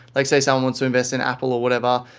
like, say, someone wants to invest in apple or whatever,